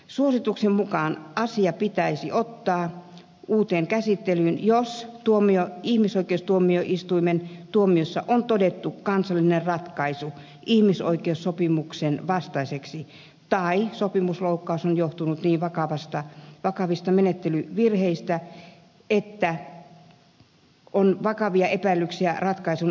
suosituksen mukaan asia pitäisi voida ottaa uuteen käsittelyyn jos ihmisoikeustuomioistuimen tuomiossa on todettu kansallinen ratkaisu ihmisoikeussopimuksen vastaiseksi tai sopimusloukkaus on johtunut niin vakavista menettelyvirheistä että on vakavia epäilyksiä ratkaisun oikeellisuudesta